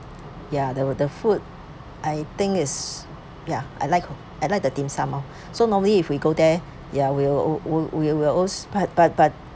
ya the the food I think it's ya I like I like the dim sum lor so normally if we go there yeah we'll we'll we'll we'll also but but but